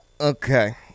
Okay